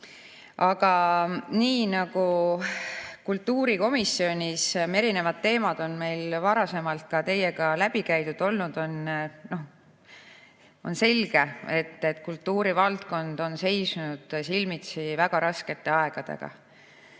Aga nii nagu kultuurikomisjonis oleme erinevaid teemasid teiega varasemalt läbi käinud, on selge, et kultuurivaldkond on seisnud silmitsi väga raskete aegadega.